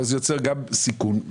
זה יוצר גם סיכון.